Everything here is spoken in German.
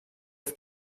auf